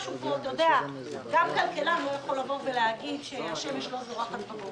שגם כלכלן לא יכול להגיד שהשמש לא זורחת בבוקר